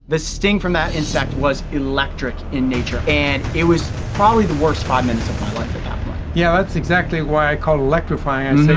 the sting from that insect was electric in nature. and it was probably the worst five minutes of my life at that point. yeah, that's exactly what i call electrifying.